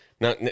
Now